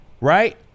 Right